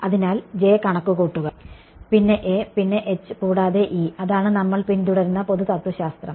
അതിനാൽ കണക്കുകൂട്ടുക പിന്നെ പിന്നെ കൂടാതെ അതാണ് നമ്മൾ പിന്തുടരുന്ന പൊതു തത്വശാസ്ത്രം